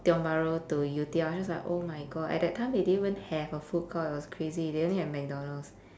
tiong bahru to yew tee I was just like oh my god at that time they didn't even have a food court it was crazy they only had mcdonald's